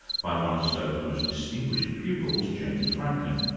by one of stove's most distinguished pupils, james franklin.